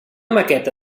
maqueta